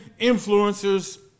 influencers